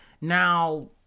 Now